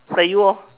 like you orh